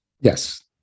Yes